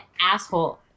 asshole